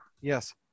yes